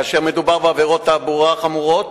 כאשר מדובר בעבירות תעבורה חמורות,